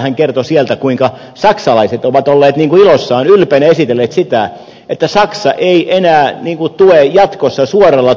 hän kertoi sieltä kuinka saksalaiset ovat olleet iloissaan ja ylpeinä esitelleet sitä että saksa ei enää tue jatkossa suoralla